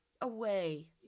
away